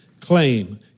claim